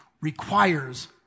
requires